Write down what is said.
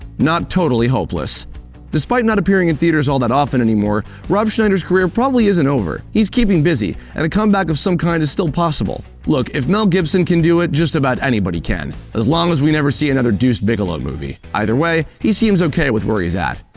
not totally hopeless despite not appearing in theaters all that often anymore, rob schneider's career probably isn't over. he's keeping busy, and a comeback of some kind is still possible. look, if mel gibson can do it, just about anybody can. as long as we never see another deuce bigalow movie. either way, he seems okay with where he's at.